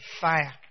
fire